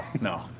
No